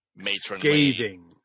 Scathing